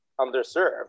underserved